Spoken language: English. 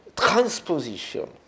transposition